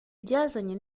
byazanye